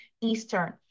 Eastern